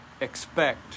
expect